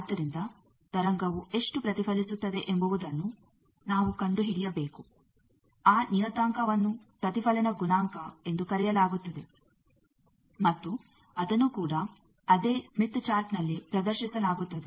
ಆದ್ದರಿಂದ ತರಂಗವು ಎಷ್ಟು ಪ್ರತಿಫಲಿಸುತ್ತದೆ ಎಂಬುವುದನ್ನು ನಾವು ಕಂಡುಹಿಡಿಯಬೇಕು ಆ ನಿಯತಾಂಕವನ್ನು ಪ್ರತಿಫಲನ ಗುಣಾಂಕ ಎಂದು ಕರೆಯಲಾಗುತ್ತದೆ ಮತ್ತು ಅದನ್ನೂ ಕೂಡ ಅದೇ ಸ್ಮಿತ್ ಚಾರ್ಟ್ನಲ್ಲಿ ಪ್ರದರ್ಶಿಸಲಾಗುತ್ತದೆ